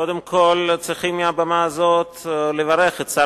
קודם כול צריכים מהבמה הזאת לברך את שר